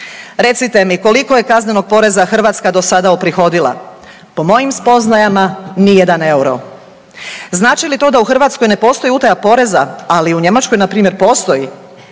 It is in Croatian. Recite mi koliko je kaznenog poreza Hrvatska do sada uprihodila, po mojim spoznajama ni jedan euro. Znači li to da u Hrvatskoj ne postoji utaja poreza? Ali u Njemačkoj na primjer postoji.